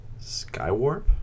Skywarp